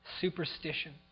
superstition